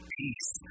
peace